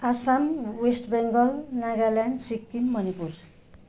Assam West Bengal Nagaland Sikkim Manipur